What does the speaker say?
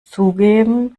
zugeben